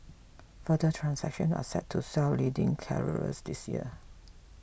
further transactions are set to swell leading carriers this year